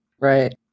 Right